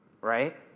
right